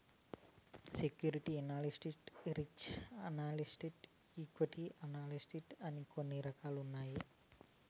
security analyst research analyst equity analyst అని కొన్ని రకాలు ఉన్నాయి